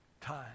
time